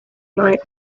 night